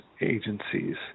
agencies